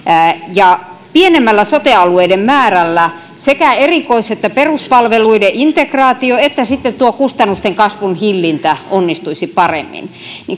pienemmällä sote alueiden määrällä sekä erikois ja peruspalveluiden integraatio että sitten tuo kustannusten kasvun hillintä onnistuisivat paremmin